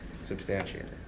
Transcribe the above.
substantiated